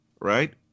Right